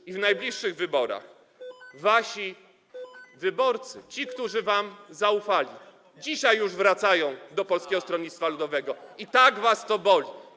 I w najbliższych wyborach wasi wyborcy, ci, którzy wam zaufali, dzisiaj już wracają do Polskiego Stronnictwa Ludowego, i to was tak boli.